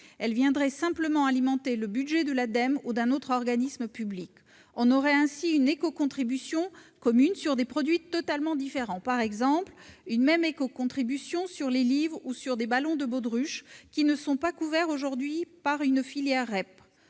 Elles viendraient simplement alimenter le budget de l'Ademe ou d'un autre organisme public. On aurait ainsi une éco-contribution commune sur des produits totalement différents, par exemple sur les livres ou sur des ballons de baudruche, qui ne sont pas couverts aujourd'hui par une filière REP.